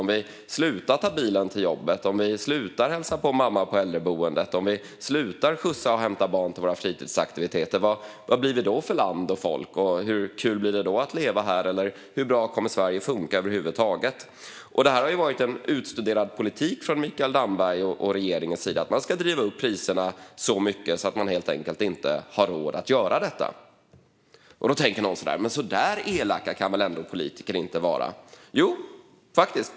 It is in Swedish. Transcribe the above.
Om vi slutar ta bilen till jobbet, om vi slutar hälsa på mamma på äldreboendet, om vi slutar skjutsa våra barn till och från fritidsaktiviteter - vad blir vi då för land och folk? Hur kul blir det då att leva här? Hur bra kommer Sverige att funka över huvud taget? Men det har varit en utstuderad politik från Mikael Dambergs och regeringens sida att driva upp priserna så mycket att man helt enkelt inte har råd att göra detta. Då tänker någon: Men så där elaka kan väl ändå politiker inte vara? Jo, faktiskt.